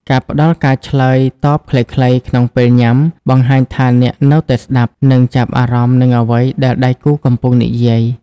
ការផ្ដល់ការឆ្លើយតបខ្លីៗក្នុងពេលញ៉ាំ បង្ហាញថាអ្នកនៅតែស្ដាប់ និងចាប់អារម្មណ៍នឹងអ្វីដែលដៃគូកំពុងនិយាយ។